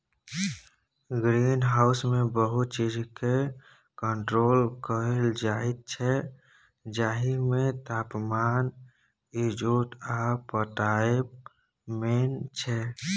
green हाउसमे बहुत चीजकेँ कंट्रोल कएल जाइत छै जाहिमे तापमान, इजोत आ पटाएब मेन छै